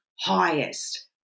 highest